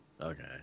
okay